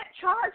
charge